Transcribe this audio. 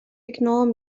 ignore